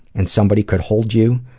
and somebody could hold you.